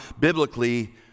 biblically